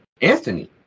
Anthony